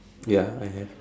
ya I have